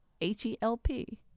h-e-l-p